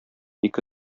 ике